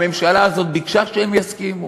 הממשלה הזאת ביקשה שהם יסכימו?